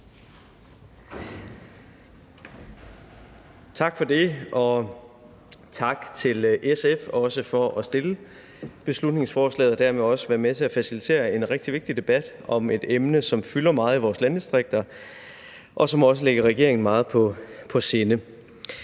Tak for det. Også tak til SF for at fremsætte beslutningsforslaget og dermed være med til at facilitere en rigtig vigtig debat om et emne, som fylder meget i vores landdistrikter, og som også ligger regeringen meget på sinde.